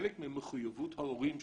חלק ממחויבות ההורים שנפרדים,